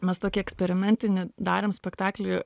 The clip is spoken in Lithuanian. mes tokį eksperimentinį darėm spektaklį